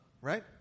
Right